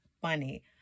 funny